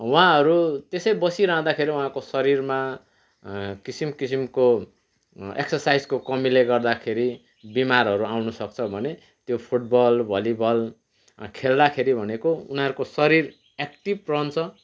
उहाँहरू त्यसै बसिरहँदाखेरि उहाँको शरीरमा किसिम किसिमको एक्सासाइसको कमीले गर्दाखेरि बिमारहरू आउनसक्छ भने त्यो फुटबल भलिबल खेल्दाखेरि भनेको उनीहरूको शरीर एक्टिभ रहन्छ